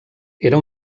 era